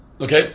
Okay